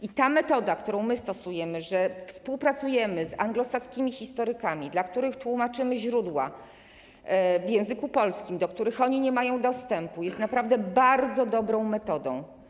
I ta metoda, którą stosujemy, że współpracujemy z anglosaskimi historykami, dla których tłumaczymy źródła w języku polskim, do których oni nie mają dostępu, jest naprawdę bardzo dobrą metodą.